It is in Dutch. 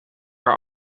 haar